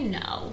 no